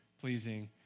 pleasing